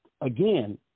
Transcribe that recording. again